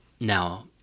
now